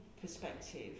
perspective